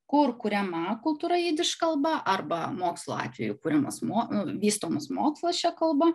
kur kuriama kultūra jidiš kalba arba mokslo atveju kuriamas mo vystomas mokslas šia kalba